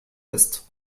ist